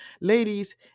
Ladies